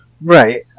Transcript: Right